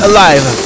Alive